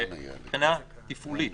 שמבחינה תפעולית,